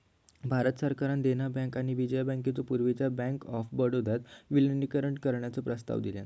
भारत सरकारान देना बँक आणि विजया बँकेचो पूर्वीच्यो बँक ऑफ बडोदात विलीनीकरण करण्याचो प्रस्ताव दिलान